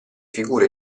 figure